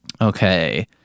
Okay